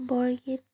বৰগীত